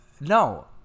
No